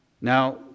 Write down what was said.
Now